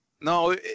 No